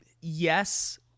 Yes